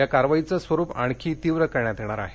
या कारवाईचं स्वरूप आणखी तीव्र करण्यात येणार आहे